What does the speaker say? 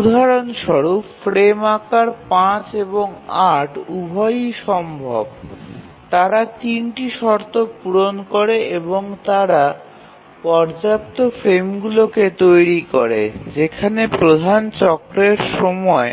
উদাহরণস্বরূপ ফ্রেম আকার ৫ এবং ৮ উভয়ই সম্ভব তারা ৩টি শর্ত পূরণ করে এবং তারা পর্যাপ্ত ফ্রেমগুলিকে তৈরি করে যেখানে প্রধান চক্রের সময়